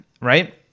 right